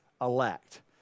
elect